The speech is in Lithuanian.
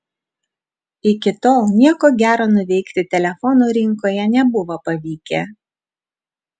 iki tol nieko gero nuveikti telefonų rinkoje nebuvo pavykę